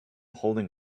holding